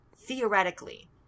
theoretically